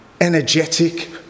energetic